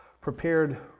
prepared